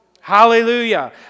Hallelujah